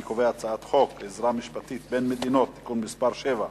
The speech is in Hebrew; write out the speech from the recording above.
אני קובע כי הצעת חוק עזרה משפטית בין מדינות (תיקון מס' 7)